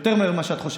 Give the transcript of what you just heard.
יותר מהר ממה שאת חושבת.